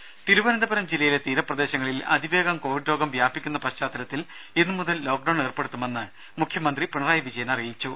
രെര തിരുവനന്തപുരം ജില്ലയിലെ തീര പ്രദേശങ്ങളിൽ അതിവേഗം കോവിഡ് രോഗം വ്യാപിക്കുന്ന പശ്ചാത്തലത്തിൽ ഇന്ന് മുതൽ ലോക്ക്ഡൌൺ ഏർപ്പെടുത്തുമെന്ന് മുഖ്യമന്ത്രി പിണറായി വിജയൻ അറിയിച്ചു